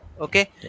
Okay